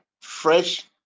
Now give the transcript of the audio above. fresh